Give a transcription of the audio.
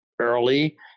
early